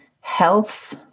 health